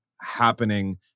happening